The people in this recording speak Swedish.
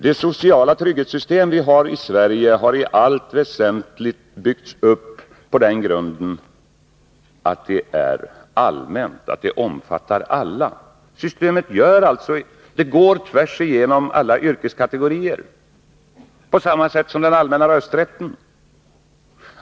Det sociala trygghetssystem som vi har i Sverige har i allt väsentligt byggts upp på den grunden att det omfattar alla. Systemet går tvärs igenom alla yrkeskategorier, på samma sätt som den allmänna rösträtten.